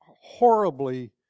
horribly